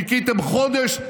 חיכיתם חודש,